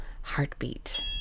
heartbeat